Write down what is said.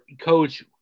coach